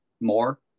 more